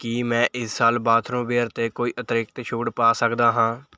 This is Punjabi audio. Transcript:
ਕੀ ਮੈਂ ਇਸ ਸਾਲ ਬਾਥਰੂਮ ਵੇਅਰ 'ਤੇ ਕੋਈ ਅਤੀਰਿਕਤ ਛੂਟ ਪਾ ਸਕਦਾ ਹਾਂ